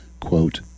quote